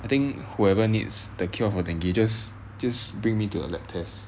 I think whoever needs the cure for dengue just just bring me to a lab test